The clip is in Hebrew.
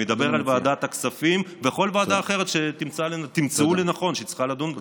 אני מדבר על ועדת הכספים וכל ועדה אחרת שתמצאו לנכון שצריכה לדון בזה.